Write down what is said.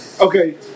Okay